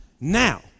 now